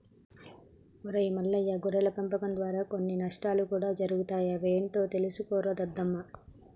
ఒరై మల్లయ్య గొర్రెల పెంపకం దారా కొన్ని నష్టాలు కూడా జరుగుతాయి అవి ఏంటో తెలుసుకోరా దద్దమ్మ